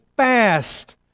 Fast